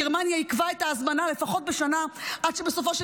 גרמניה עיכבה את ההזמנה לפחות בשנה עד שבסופו של